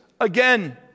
again